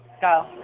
Go